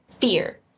fear